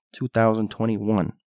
2021